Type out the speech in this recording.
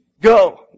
go